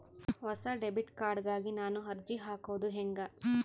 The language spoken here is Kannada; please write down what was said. ಹೊಸ ಡೆಬಿಟ್ ಕಾರ್ಡ್ ಗಾಗಿ ನಾನು ಅರ್ಜಿ ಹಾಕೊದು ಹೆಂಗ?